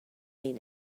seen